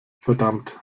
verdammt